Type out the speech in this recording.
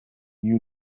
knew